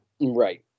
Right